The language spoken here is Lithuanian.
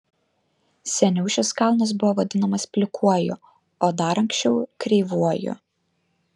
seniau šis kalnas buvo vadinamas plikuoju o dar anksčiau kreivuoju